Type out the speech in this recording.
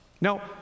Now